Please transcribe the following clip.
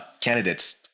candidates